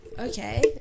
Okay